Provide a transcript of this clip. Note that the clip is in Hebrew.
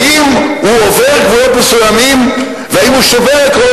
האם הוא עובר גבולות מסוימים והאם הוא שובר עקרונות